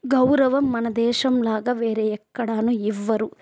గౌరవం మన దేశం లాగా వేరే ఎక్కడాను ఇవ్వరు